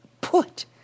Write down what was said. put